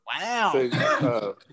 Wow